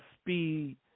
speed